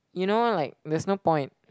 you know like there's no point